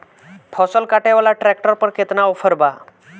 फसल काटे वाला ट्रैक्टर पर केतना ऑफर बा?